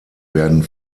werden